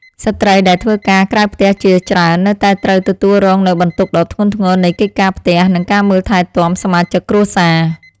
ស្ត្រីដែលធ្វើការក្រៅផ្ទះជាច្រើននៅតែត្រូវទទួលរងនូវបន្ទុកដ៏ធ្ងន់ធ្ងរនៃកិច្ចការផ្ទះនិងការមើលថែទាំសមាជិកគ្រួសារ។